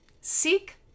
seek